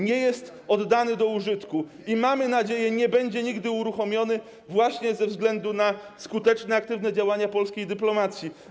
Nie jest oddany do użytku i mamy nadzieję, że nie będzie nigdy uruchomiony właśnie ze względu na skuteczne i aktywne działania polskiej dyplomacji.